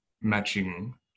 matching